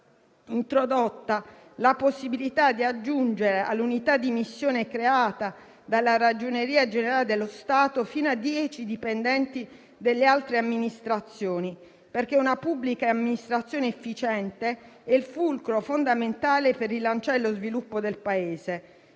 introdotta la possibilità di aggiungere all'Unità di missione creata dalla Ragioneria generale dello Stato fino a dieci dipendenti delle altre amministrazioni, perché una pubblica amministrazione efficiente è il fulcro fondamentale per rilanciare lo sviluppo del Paese.